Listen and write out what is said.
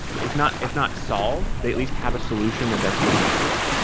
if not if not solved, they at least have a solution that they're pretty happy with,